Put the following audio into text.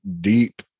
deep